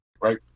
Right